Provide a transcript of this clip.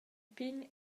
pign